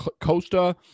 Costa